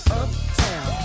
uptown